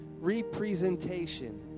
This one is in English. representation